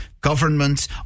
governments